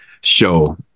show